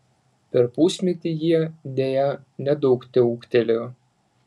per pusmetį jie deja nedaug teūgtelėjo